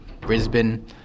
Brisbane